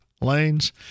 lanes